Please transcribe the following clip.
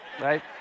right